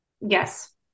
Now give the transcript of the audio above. Yes